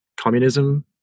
communism